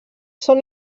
són